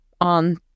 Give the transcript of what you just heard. on